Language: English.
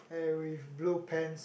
and with blue pants